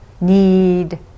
need